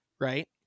right